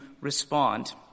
respond